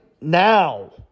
now